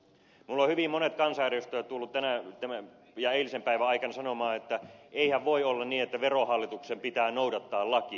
minulle ovat hyvin monet kansanedustajat tulleet tämän ja eilisen päivän aikana sanomaan että eihän voi olla niin että verohallituksen pitää noudattaa lakia